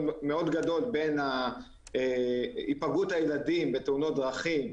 גדול בין היפגעות הילדים בתאונות דרכים,